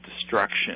destruction